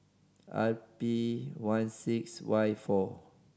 R P one six Y four